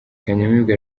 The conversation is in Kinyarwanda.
kanyamibwa